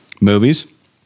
movies